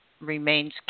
remains